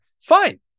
fine